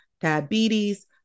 diabetes